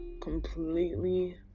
completely